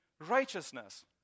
righteousness